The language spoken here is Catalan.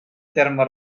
terme